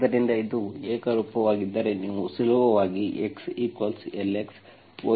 ಆದ್ದರಿಂದ ಇದು ಏಕರೂಪವಾಗಿದ್ದರೆ ನೀವು ಸುಲಭವಾಗಿ x lx yly ಎಂದು ಹೇಳಬಹುದು